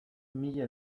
mila